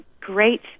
great